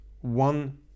one